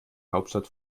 hauptstadt